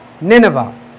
Nineveh